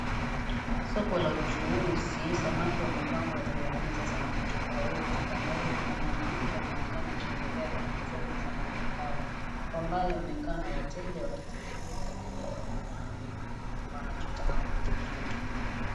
Soko la uchuuzi, samaki wamepangwa juu ya meza, samaki tofauti. Kando yake kuna mwanamke anaonekana akiendelea kuchoma samaki hao. Ambayo wanaonekana wateja wakitembea wakinunua wanachotaka kununua.